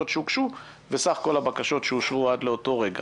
שהוגשו וסך כל הבקשות שאושרו עד לאותו רגע.